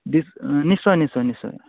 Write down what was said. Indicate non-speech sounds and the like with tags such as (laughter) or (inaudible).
(unintelligible) নিশ্চয় নিশ্চয় নিশ্চয়